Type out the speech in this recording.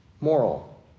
Moral